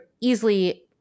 easily